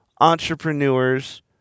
entrepreneurs